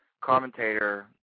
commentator